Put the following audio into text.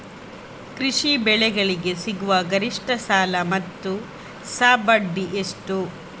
ಕೃಷಿ ಬೆಳೆಗಳಿಗೆ ಸಿಗುವ ಗರಿಷ್ಟ ಸಾಲ ಮತ್ತು ಸಬ್ಸಿಡಿ ಎಷ್ಟು?